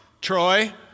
Troy